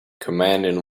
commanding